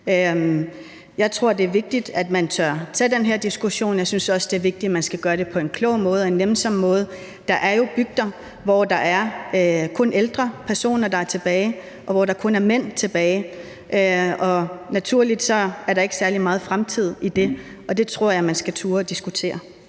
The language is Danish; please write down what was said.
Jeg tror, det er vigtigt, at man tør tage den her diskussion, og jeg synes også, det er vigtigt, at man skal gøre det på en klog og en nænsom måde. Der er jo bygder, hvor der kun er ældre personer, der er tilbage, og hvor der kun er mænd tilbage, og naturligt er der ikke særlig meget fremtid i det. Og det tror jeg man skal turde diskutere.